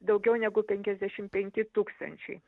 daugiau negu penkiasdešimt penki tūkstančiai